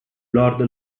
lord